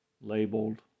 labeled